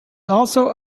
also